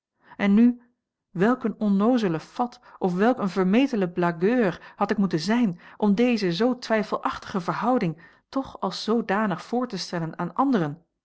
en nu welk een onnoozele fat of welk een vermetele blagueur had ik moeten zijn om deze zoo twijfelachtige verhouding toch als zoodanig voor te stellen aan anderen